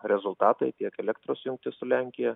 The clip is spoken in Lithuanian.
rezultatai tiek elektros jungtis su lenkija